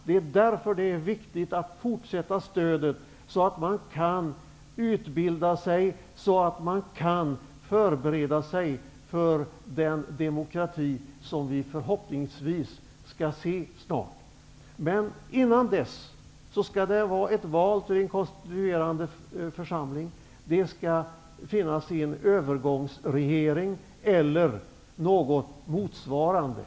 Det är därför det är viktigt att fortsätta stödet så att befolkningen kan utbilda sig och förbereda sig för den demokrati som vi förhoppningsvis snart skall se. Innan Sydafrika kan betraktas som demokratiskt skall det hållas val till en konstituerande församling. Det skall finnas en övergångsregering eller något motsvarande.